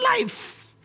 life